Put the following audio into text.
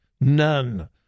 None